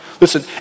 Listen